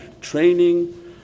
training